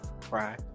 cry